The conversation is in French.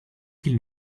qu’il